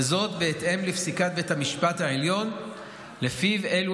וזאת בהתאם לפסיקת בית המשפט העליון שלפיה אלו